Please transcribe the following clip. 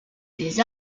des